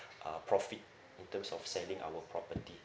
uh profit in terms of selling our property